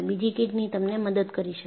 બીજી કિડની તમને મદદ કરી શકે છે